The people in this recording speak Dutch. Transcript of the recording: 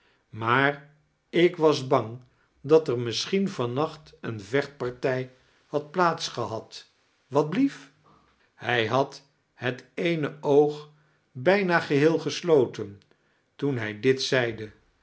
maar ik was bang dat er misschien van nacht eene vechtpartij had plaats gehad watblief hij had het eene oog bijna geheel gesloten toen hij dit zeide